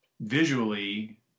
visually